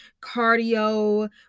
cardio